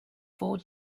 four